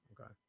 Okay